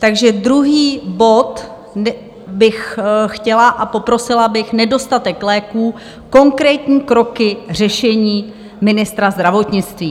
takže druhý bod bych chtěla a poprosila bych: Nedostatek léků, konkrétní kroky řešení ministra zdravotnictví.